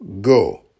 Go